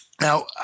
Now